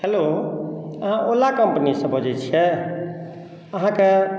hello अहाँ ओला कम्पनीसँ बजै छिए अहाँके